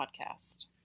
Podcast